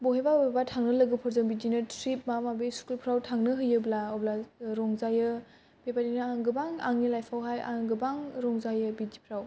बहाबा बहाबा थांनो लोगोफोरजो बिदिनो ट्रिफ माबा माबि स्कुलफ्राव थांनो होयोब्ला अब्ला रंजायो बेबादिनो आं गोबां आंनि लाइफावहाय आं गोबां रंजायो बिदिफ्राव